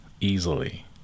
easily